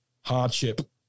hardship